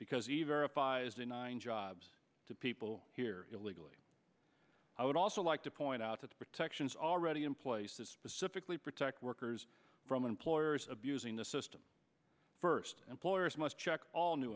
a nine jobs to people here illegally i would also like to point out that the protections already in place that specifically protect workers from employers abusing the system first employers must check all new